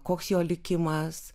koks jo likimas